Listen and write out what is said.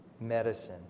medicine